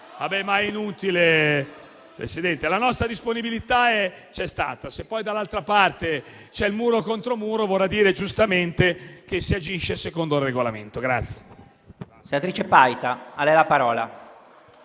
la nostra disponibilità c'è stata, se poi dall'altra parte c'è il muro contro muro, vorrà dire giustamente che si agisce secondo il Regolamento.